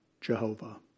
Jehovah